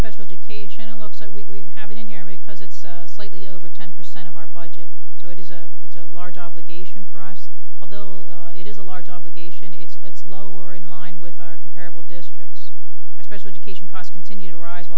special educational look so we have it in here because it's slightly over ten percent of our budget so it is a large obligation for us although it is a large obligation it's lower in line with our comparable districts special education costs continue to rise